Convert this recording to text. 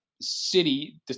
City